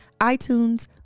iTunes